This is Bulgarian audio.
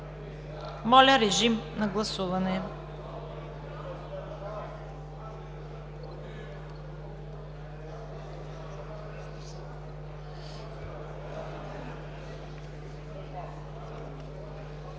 Моля режим на прегласуване.